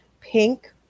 pink